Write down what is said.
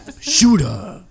Shooter